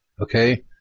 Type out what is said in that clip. okay